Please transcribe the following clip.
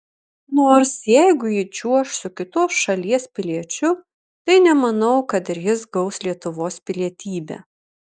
nors jeigu ji čiuoš su kitos šalies piliečiu tai nemanau kad ir jis gaus lietuvos pilietybę